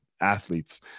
Athletes